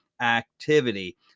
activity